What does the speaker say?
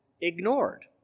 ignored